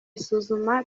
isuzuma